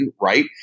right